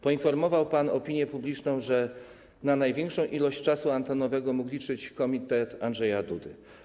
Poinformował pan opinię publiczną, że na największa ilość czasu antenowego mógł liczyć komitet Andrzeja Dudy.